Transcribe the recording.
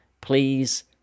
please